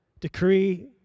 Decree